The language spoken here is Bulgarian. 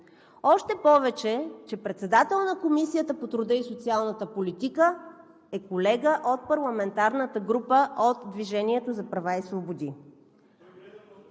още повече че председател на Комисията по труда и социалната политика е колега от парламентарната група на „Движението за права и свободи“.